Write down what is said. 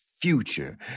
future